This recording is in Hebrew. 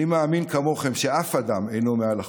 אני מאמין כמוכם שאף אדם אינו מעל החוק,